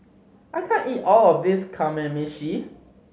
I can't eat all of this Kamameshi